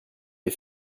les